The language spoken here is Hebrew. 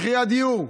מחירי הדיור.